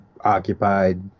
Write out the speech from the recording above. occupied